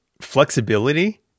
flexibility